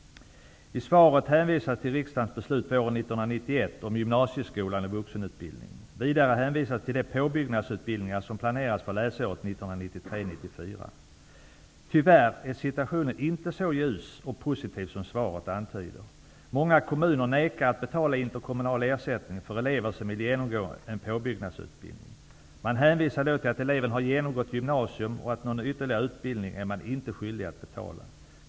I svaret hänvisas till riksdagens beslut år 1991 om gymmasieskolan och vuxenutbildningen. Vidare hänvisas till de påbyggnadsutbildningar som planeras för läsåret 1993/94. Tyvärr är situationen inte så ljus och positiv som svaret antyder. Många kommuner vägrar att betala interkommunal ersättning för elever som vill genomgå en påbyggnadsutbildning. Man hänvisar till att eleven genomgått gymnasium och att man inte är skyldig att betala någon ytterligare utbildning.